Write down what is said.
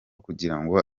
kugirango